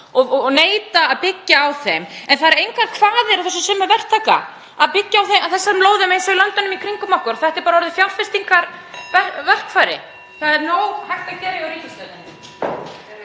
og neita að byggja á þeim? Það eru engar kvaðir á þá sömu verktaka að byggja á þeim lóðum eins og er í löndunum í kringum okkur og þetta er bara orðið fjárfestingarverkfæri. Það er nóg hægt að gera hjá ríkisstjórninni.